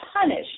punished